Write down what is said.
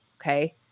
Okay